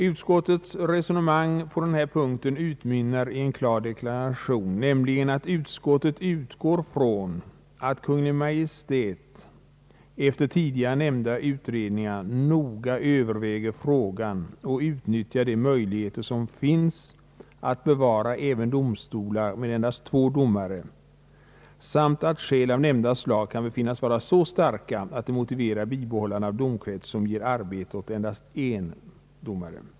Utskottets resonemang på denna punkt utmynnar i en klar deklaration, nämligen att utskottet utgår från att Kungl. Maj:t efter tidigare nämnda utredningar noga överväger frågan och utnyttjar de möjligheter som finns att bevara även domstolar med endast två domare samt att skäl av nämnda slag kan befinnas vara så starka att de motiverar bibehållande av domkrets som ger arbete åt endast en domare.